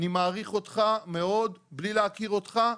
אני מעריך אותך מאוד, בלי להכיר אותך,